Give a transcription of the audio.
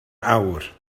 awr